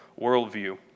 worldview